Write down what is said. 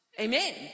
Amen